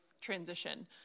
transition